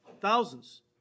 thousands